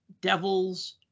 Devils